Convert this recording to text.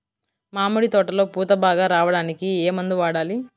మామిడి తోటలో పూత బాగా రావడానికి ఏ మందు వాడాలి?